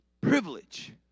privilege